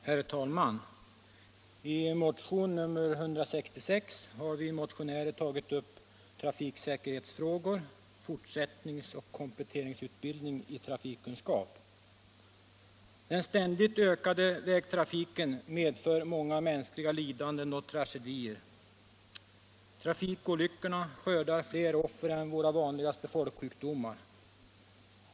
Herr talman! I motionen 166 har vi motionärer tagit upp trafiksäker = Tm.abosboshom hetsfrågor, fortsättningsoch kompletteringsutbildning i trafikkunskap. Den ständigt ökade vägtrafiken medför många mänskliga lidanden och tragedier. Trafikolyckorna skördar fler offer än våra vanligaste folksjukdomar.